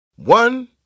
One